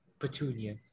petunia